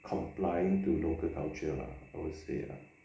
complying to local culture lah I would say